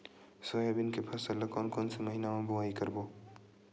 Soybean के फसल ल कोन कौन से महीना म बोआई करबो?